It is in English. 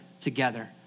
together